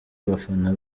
abafana